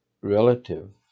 relative